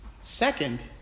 Second